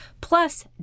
plus